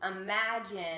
Imagine